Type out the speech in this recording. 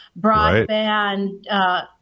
broadband